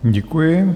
Děkuji.